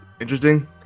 interesting